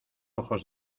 ojos